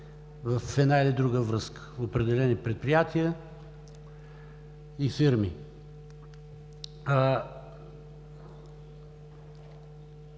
в една или друга връзка от определени предприятия и фирми.